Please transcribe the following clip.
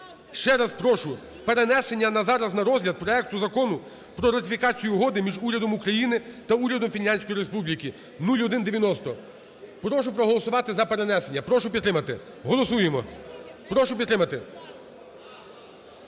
Ще раз прошу, перенесення на зараз на розгляд проекту Закону про ратифікацію Угоди між Урядом України та Урядом Фінляндської Республіки (0190). Прошу проголосувати за перенесення. Прошу підтримати. Голосуємо. Прошу підтримати.